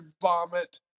vomit